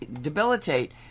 debilitate